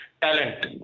Talent